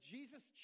Jesus